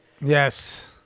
Yes